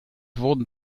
wurden